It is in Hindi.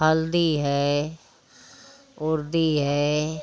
हल्दी है उरदी है